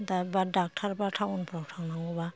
doctor बा टाउनफ्राव थांनांगौबा